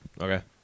Okay